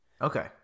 Okay